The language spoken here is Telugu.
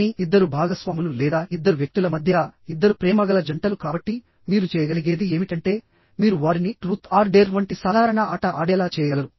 కానీ ఇద్దరు భాగస్వాములు లేదా ఇద్దరు వ్యక్తుల మధ్య ఇద్దరు ప్రేమగల జంటలు కాబట్టి మీరు చేయగలిగేది ఏమిటంటే మీరు వారిని ట్రూత్ ఆర్ డేర్ వంటి సాధారణ ఆట ఆడేలా చేయగలరు